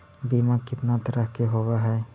बीमा कितना तरह के होव हइ?